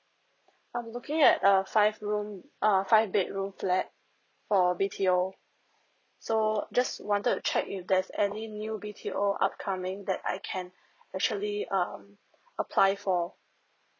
I'm looking at a five room err five bedroom flat for B_T_O so just wanted to check if there's any new B_T_O upcoming that I can actually um apply for